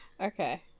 okay